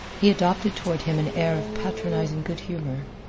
he adopted toward him an air of patronizing good humor.